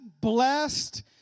blessed